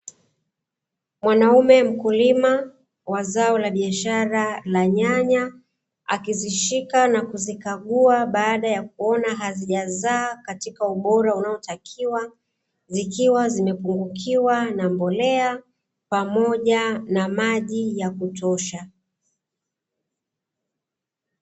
Mwanaume mkulima wa zao la biashara la nyanya, akizishika na kuzikaguwa baada ya kuona hazijazaa katika ubora unaotakiwa, zikiwa zimepungukiwa na mbolea pamoja na maji ya kutosha.